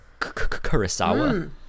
kurosawa